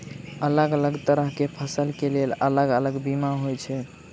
अलग अलग तरह केँ फसल केँ लेल अलग अलग बीमा होइ छै?